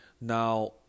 Now